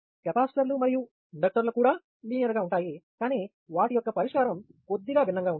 కెపాసిటర్లు మరియు ఇండక్టర్లు కూడా లీనియర్ గా ఉంటాయి కానీ వాటి యొక్క పరిష్కారం కొద్దిగా భిన్నంగా ఉంటుంది